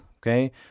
okay